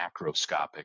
macroscopic